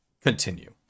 Continue